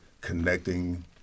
connecting